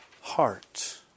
heart